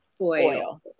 oil